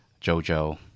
Jojo